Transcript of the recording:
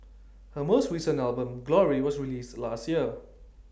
her most recent album glory was released last year